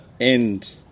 end